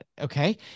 okay